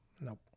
nope